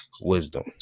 wisdom